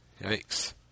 Yikes